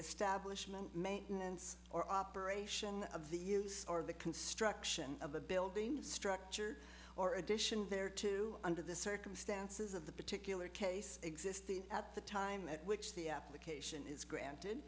establishment maintenance or operation of the or the construction of a building structure or addition there to under the circumstances of the particular case existing at the time at which the application is granted